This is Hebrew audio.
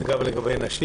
וגם לגבי נשים,